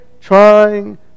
trying